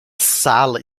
sala